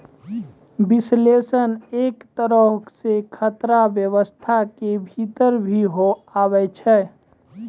विश्लेषण एक तरहो से खतरा व्यवस्था के भीतर भी आबै छै